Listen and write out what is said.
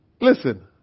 Listen